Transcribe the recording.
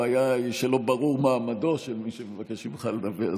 הבעיה היא שלא ברור מעמדו של מי שמבקש ממך לדבר,